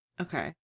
Okay